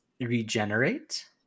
regenerate